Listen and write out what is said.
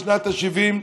בשנת ה-70,